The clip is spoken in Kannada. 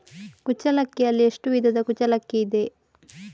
ಕುಚ್ಚಲಕ್ಕಿಯಲ್ಲಿ ಎಷ್ಟು ವಿಧದ ಕುಚ್ಚಲಕ್ಕಿ ಇದೆ?